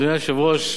אדוני היושב-ראש,